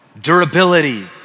durability